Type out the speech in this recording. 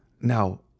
Now